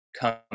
come